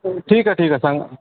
ठीक आहे ठीक आहे सांगा